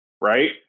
right